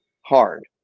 hard